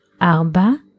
Arba